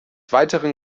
weiteren